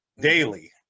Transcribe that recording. daily